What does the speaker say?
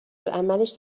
العملش